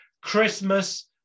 Christmas